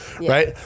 right